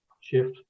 shift